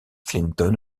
clinton